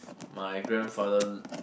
my grandfather